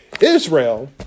Israel